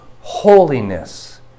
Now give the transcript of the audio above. holiness